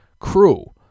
crew